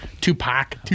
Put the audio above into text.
Tupac